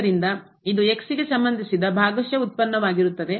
ಆದ್ದರಿಂದ ಇದು x ಗೆ ಸಂಬಂಧಿಸಿದ ಭಾಗಶಃ ಉತ್ಪನ್ನವಾಗಿರುತ್ತದೆ